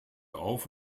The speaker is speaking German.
auf